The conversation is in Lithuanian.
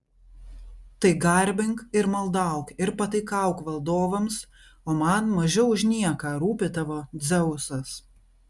tai garbink ir maldauk ir pataikauk valdovams o man mažiau už nieką rūpi tavo dzeusas